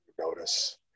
notice